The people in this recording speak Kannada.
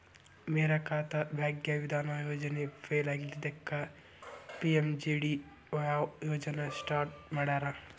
ಮೇರಾ ಖಾತಾ ಭಾಗ್ಯ ವಿಧಾತ ಯೋಜನೆ ಫೇಲ್ ಆಗಿದ್ದಕ್ಕ ಪಿ.ಎಂ.ಜೆ.ಡಿ.ವಾಯ್ ಯೋಜನಾ ಸ್ಟಾರ್ಟ್ ಮಾಡ್ಯಾರ